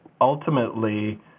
ultimately